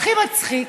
הכי מצחיק,